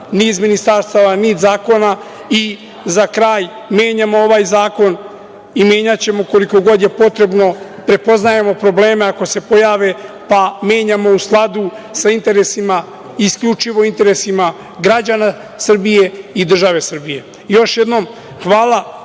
niz ministarstava, niz zakona i za kraj menjamo ovaj zakon i menjaćemo koliko god je potrebno. Prepoznajemo probleme ako se pojave, pa menjamo u skladu sa interesima, isključivo interesima građana Srbije i države Srbije. Još jednom hvala